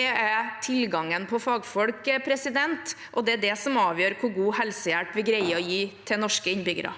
er tilgangen på fagfolk, og det er det som avgjør hvor god helsehjelp vi greier å gi til norske innbyggere.